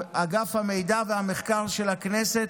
מרכז המחקר והמידע של הכנסת,